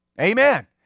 Amen